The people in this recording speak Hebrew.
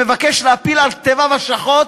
שמבקש להפיל על כתפיו השחות